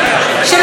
אבל אין פריפריה,